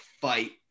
fight